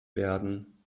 werden